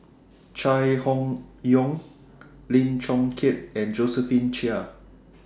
Chai Hon Yoong Lim Chong Keat and Josephine Chia